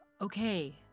Okay